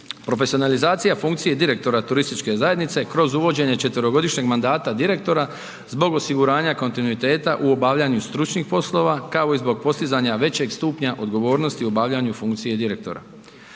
profesionalizacija funkcije direktora turističke zajednice kroz uvođenje 4-godišnjeg mandata direktora zbog osiguranja kontinuiteta u obavljanju stručnih poslova, kao i zbog postizanja većeg stupnja odgovornosti u obavljanju funkcije direktora.